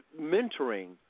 mentoring